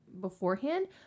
beforehand